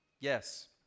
Yes